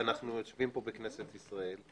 אנו יושבים בכנסת ישראל,